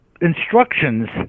instructions